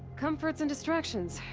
comforts and distractions.